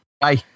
Bye